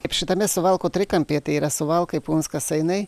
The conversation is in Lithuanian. kap šitame suvalkų trikampyje tai yra suvalkai punskas seinai